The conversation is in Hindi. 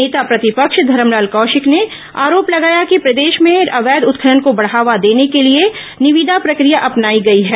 नेता प्रतिपक्ष धरमलाल कौशिक ने आरोप लगाया कि प्रदेश में अवैध उत्खनन को बढ़ावा देने के लिए निविदा प्रक्रिया अपनाई गई है